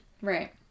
Right